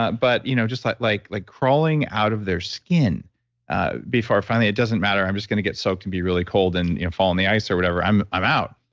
but you know just like like like crawling out of their skin before finally, it doesn't matter. i'm just going to get soaked and be really cold and fall on the ice or whatever, i'm i'm out.